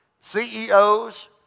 CEOs